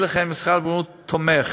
אי לכך, משרד הבריאות תומך